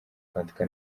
kwandika